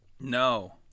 No